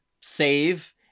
save